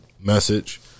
message